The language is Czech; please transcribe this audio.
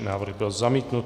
Návrh byl zamítnut.